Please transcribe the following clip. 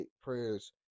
prayers